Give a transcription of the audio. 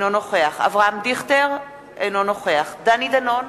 אינו נוכח אברהם דיכטר, אינו נוכח דני דנון,